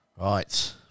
Right